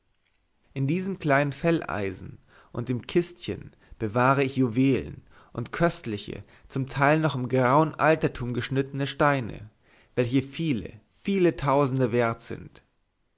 in diesem kleinen felleisen und dem kistchen bewahre ich juwelen und köstliche zum teil noch im grauen altertum geschnittene steine welche viele viele tausende wert sind